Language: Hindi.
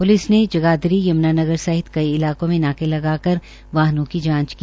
पुलिस ने जगाधरी यम्नानगर सहित कई इलाकों में नाके लगाकर वाहनों की जांच की